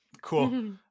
cool